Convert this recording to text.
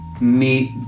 meet